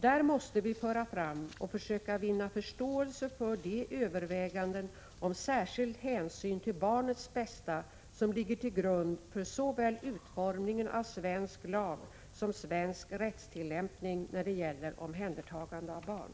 Där måste vi föra fram och försöka vinna förståelse för de överväganden om särskild hänsyn till barnets bästa som ligger till grund för såväl utformningen av svensk lag som svensk rättstillämpning när det gäller omhändertagande av barn.